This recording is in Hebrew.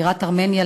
בירת ארמניה,